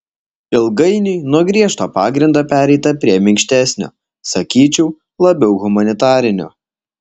ilgainiui nuo griežto pagrindo pereita prie minkštesnio sakyčiau labiau humanitarinio